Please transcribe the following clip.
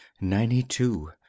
ninety-two